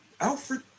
Alfred